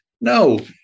No